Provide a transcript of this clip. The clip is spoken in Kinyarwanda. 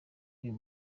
uyu